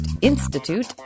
Institute